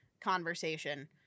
conversation